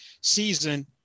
season